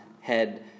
head